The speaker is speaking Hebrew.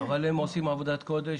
הם עושים עבודת קודש.